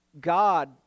god